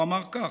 והוא אמר כך: